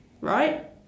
right